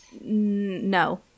No